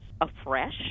afresh